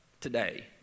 today